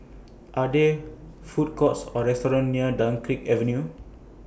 Are There Food Courts Or restaurants near Dunkirk Avenue